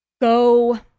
go